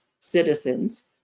citizens